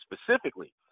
specifically